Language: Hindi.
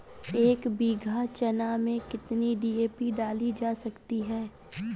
एक बीघा चना में कितनी डी.ए.पी डाली जा सकती है?